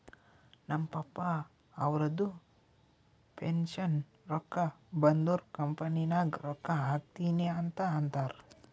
ನಮ್ ಪಪ್ಪಾ ಅವ್ರದು ಪೆನ್ಷನ್ ರೊಕ್ಕಾ ಬಂದುರ್ ಕಂಪನಿ ನಾಗ್ ರೊಕ್ಕಾ ಹಾಕ್ತೀನಿ ಅಂತ್ ಅಂತಾರ್